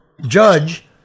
judge